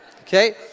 Okay